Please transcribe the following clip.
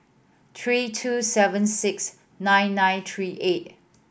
three two seven six nine nine three eight